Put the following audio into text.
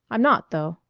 i'm not, though.